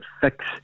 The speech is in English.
fix